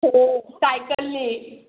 हो सायकलने